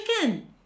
chicken